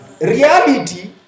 Reality